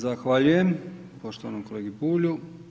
Zahvaljujem poštovanom kolegi Bulju.